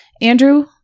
Andrew